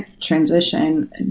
transition